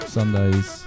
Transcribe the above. Sundays